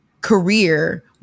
career